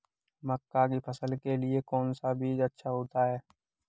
मक्का की फसल के लिए कौन सा बीज अच्छा होता है?